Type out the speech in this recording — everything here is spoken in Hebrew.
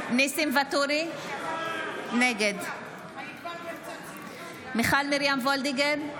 ניסים ואטורי, נגד מיכל מרים וולדיגר,